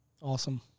Awesome